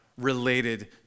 related